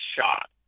shot